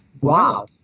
wow